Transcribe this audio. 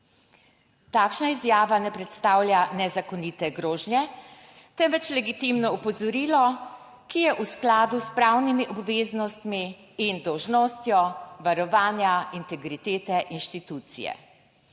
Takšna izjava ne predstavlja nezakonite grožnje, temveč legitimno opozorilo, ki je v skladu s pravnimi obveznostmi in dolžnostjo varovanja integritete inštitucije.